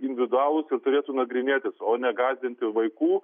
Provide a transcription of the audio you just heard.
individualūs ir turėtų nagrinėtis o negąsdinti vaikų